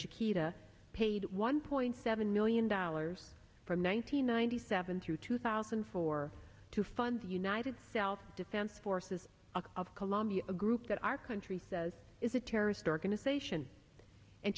chiquita paid one point seven million dollars from one thousand nine hundred seven through two thousand and four to fund the united self defense forces of colombia a group that our country says is a terrorist organization and